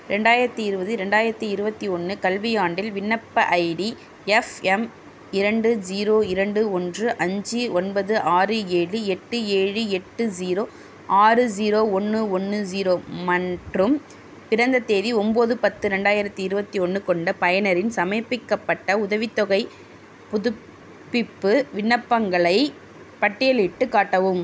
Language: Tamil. ரெண்டாயிரத்தி இருபது ரெண்டாயிரத்தி இருபத்தி ஒன்று கல்வியாண்டில் விண்ணப்ப ஐடி எஃப் எம் இரண்டு ஜீரோ இரண்டு ஒன்று அஞ்சு ஒன்பது ஆறு ஏழு எட்டு ஏழு எட்டு ஜீரோ ஆறு ஜீரோ ஒன்று ஒன்று ஜீரோ மற்றும் பிறந்த தேதி ஒம்போது பத்து ரெண்டாயிரத்தி இருபத்தி ஒன்று கொண்ட பயனரின் சமர்ப்பிக்கப்பட்ட உதவித்தொகைப் புதுப்பிப்பு விண்ணப்பங்களைப் பட்டியலிட்டுக் காட்டவும்